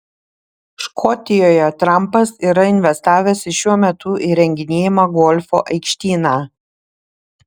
škotijoje trampas yra investavęs į šiuo metu įrenginėjamą golfo aikštyną